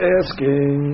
asking